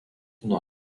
nuo